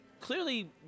clearly